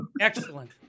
Excellent